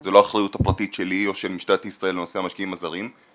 זו לא האחריות הפרטית שלי או של משטרת ישראל נושא המשקיעים הזרים.